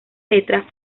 letra